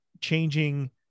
changing